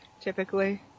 typically